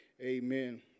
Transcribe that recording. Amen